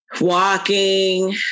walking